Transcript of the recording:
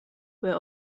where